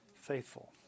faithful